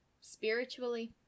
spiritually